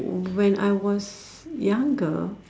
when I was younger